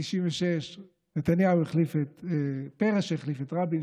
ב-1996 נתניהו החליף את פרס שהחליף את רבין,